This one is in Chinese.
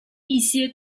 一些